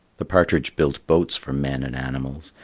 the partridge built boats for men and animals,